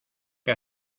que